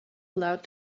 allowed